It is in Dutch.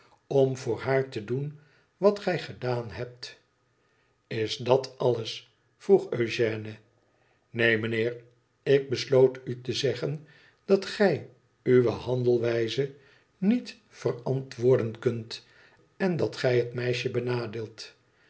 om voor haar te doen wat gij gedaan hebt is d at alles vroeg eugène neen mijnheer ik besloot u te zeggen dat gij uwe handelwijze niet verantwoorden kunt en dat zij het meisje benadeelt